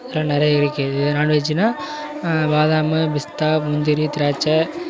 அதெல்லாம் நிறைய இருக்குது இதே நான்வெஜ்ஜுன்னா பாதாமு பிஸ்தா முந்திரி திராட்சை